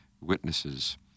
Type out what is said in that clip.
witnesses